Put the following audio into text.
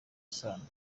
isano